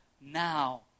now